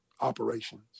operations